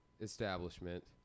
establishment